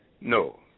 no